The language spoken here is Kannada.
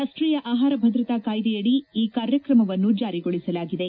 ರಾಷ್ಷೀಯ ಆಹಾರ ಭದ್ರತಾ ಕಾಯ್ದೆಯಡಿ ಈ ಕಾರ್ಯಕ್ರಮವನ್ನು ಜಾರಿಗೊಳಿಸಲಾಗಿದೆ